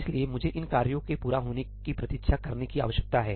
इसलिए मुझे इन कार्यों के पूरा होने की प्रतीक्षा करने की आवश्यकता है